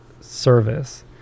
service